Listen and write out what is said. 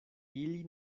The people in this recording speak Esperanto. ili